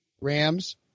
Rams